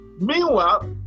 Meanwhile